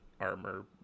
Armor